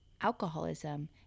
alcoholism